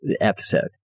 episode